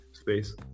space